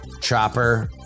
Chopper